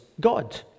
God